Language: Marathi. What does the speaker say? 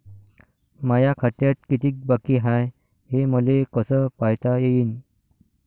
माया खात्यात कितीक बाकी हाय, हे मले कस पायता येईन?